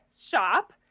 shop